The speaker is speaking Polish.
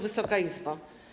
Wysoka Izbo!